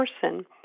person